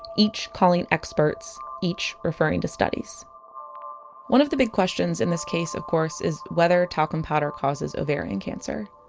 each calling experts, each referring to studies one of the big questions in this case of course is whether talcum powder causes ovarian cancer.